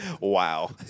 Wow